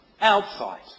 outside